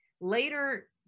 later